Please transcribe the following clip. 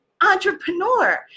entrepreneur